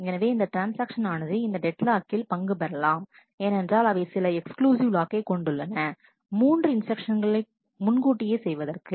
எனவே இந்த ட்ரான்ஸ்ஆக்ஷன் ஆனது இந்த டெட் லாக்கில் பங்கு பெறலாம்ஏனென்றால் அவை சில எக்ஸ்க்ளூசிவ் லாக்கை கொண்டுள்ளன மூன்று இன்ஸ்டிரக்ஷன் களை முன்கூட்டியே செய்வதற்கு